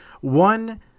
one